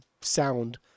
sound